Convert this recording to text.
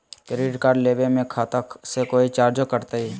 Credit card लेवे में खाता से कोई चार्जो कटतई?